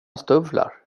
stövlar